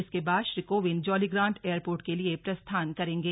इसके बाद Shri Kovind Jolly Grant airport के लिए प्रस्थान करेंगे